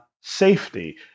safety